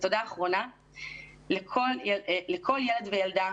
ותודה אחרונה לכל ילד וילדה,